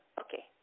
okay